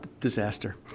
disaster